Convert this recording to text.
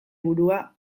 burua